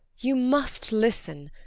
you must listen!